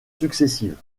successives